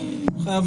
אני חייב